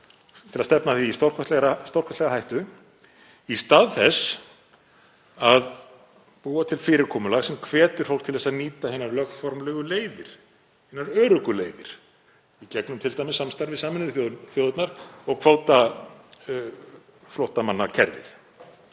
til að stefna því í stórkostlega hættu, í stað þess að búa til fyrirkomulag sem hvetur fólk til að nýta hinar lögformlegu leiðir, hinar öruggu leiðir, í gegnum t.d. samstarf við Sameinuðu þjóðirnar og kvótaflóttamannakerfið?